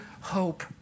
hope